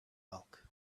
bulk